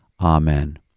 Amen